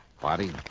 Body